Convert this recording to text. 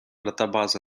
databáze